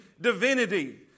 divinity